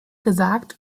gesagt